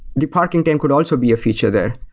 the parking time could also be a feature there.